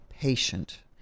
patient